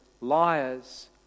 liars